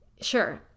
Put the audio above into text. sure